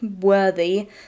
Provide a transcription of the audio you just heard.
worthy